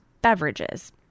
beverages